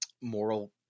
moral